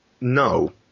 No